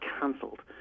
cancelled